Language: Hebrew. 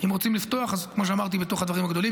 אם רוצים לפתוח, כמו שאמרתי, בתוך הדברים הגדולים.